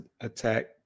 attack